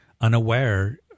unaware